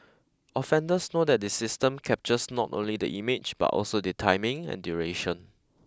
offenders know that the system captures not only the image but also the timing and duration